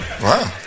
Wow